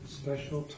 special